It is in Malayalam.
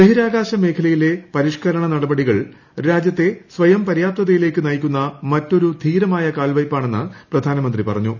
ബഹിരാകാശ മേഖലയിലെ പരിഷ്കരണ നടപടികൾ രാജ്യത്തെ സ്വയംപര്യാപ്തതയിലേക്ക് നയിക്കുന്ന മറ്റൊരു ധീരമായ കാൽവയ്പ്പാണെന്ന് പ്രധാനമന്ത്രി പറഞ്ഞു